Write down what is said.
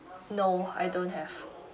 no I don't have